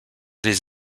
les